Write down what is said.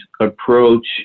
approach